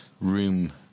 room